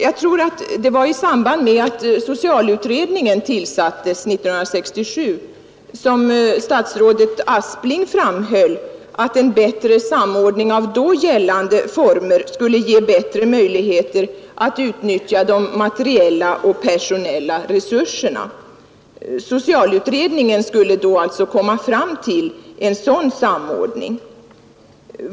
Jag tror att det var i samband med att socialutredningen tillsattes 1967 som statsrådet Aspling framhöll att en bättre samordning av då gällande former skulle ge ökade möjligheter att utnyttja de materiella och personella resurserna. Socialutredningen skulle således föreslå en sådan samordning.